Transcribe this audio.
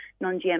non-GM